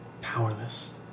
powerless